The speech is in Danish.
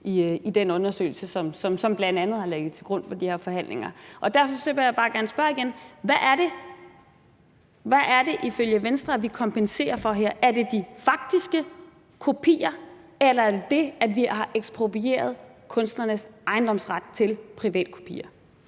i den undersøgelse, som bl.a. har ligget til grund for de her forhandlinger. Derfor vil jeg bare gerne spørge igen: Hvad er det ifølge Venstre, vi kompenserer for her? Er det de faktiske kopier, eller er det det, at vi har eksproprieret kunstnernes ejendomsret til privatkopier?